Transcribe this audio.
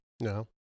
No